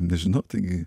nežinau taigi